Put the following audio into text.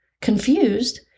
Confused